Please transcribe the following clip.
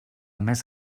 més